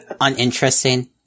Uninteresting